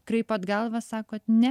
kraipot galvą sakot ne